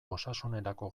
osasunerako